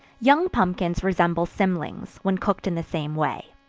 young pumpkins resemble cymlings, when cooked in the same way.